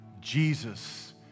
Jesus